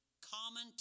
common